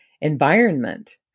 environment